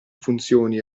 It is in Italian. funzioni